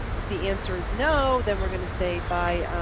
if the answer is no, then we're going to say by